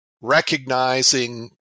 recognizing